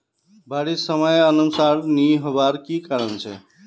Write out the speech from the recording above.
बारिश समयानुसार नी होबार की कारण छे?